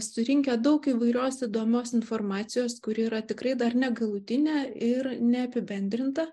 surinkę daug įvairios įdomios informacijos kuri yra tikrai dar negalutinė ir neapibendrinta